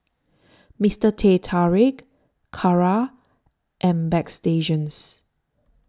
Mister Teh Tarik Kara and Bagstationz